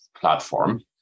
platform